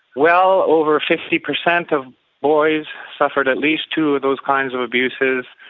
well over fifty percent of boys suffered at least two of those kinds of abuses.